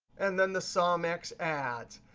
and then the sumx adds.